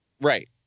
Right